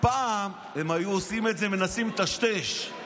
פעם הם היו עושים את זה ומנסים לטשטש,